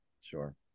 Sure